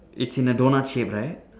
it's in a donut shape right